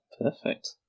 perfect